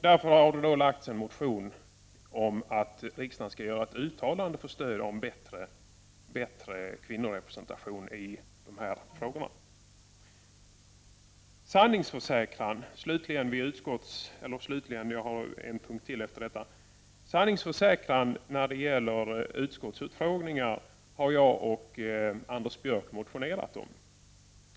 Därför har det lagts en motion om att riksdagen skall göra ett uttalande för stöd om bättre kvinnorepresentation i de här frågorna. Sanningsförsäkran när det gäller utskottsutfrågningar har jag och Anders Björck motionerat om.